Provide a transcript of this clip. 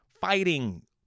fighting